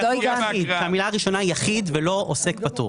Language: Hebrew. המילה הראשונה 'יחיד' ולא עוסק פטור.